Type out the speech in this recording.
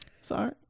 sorry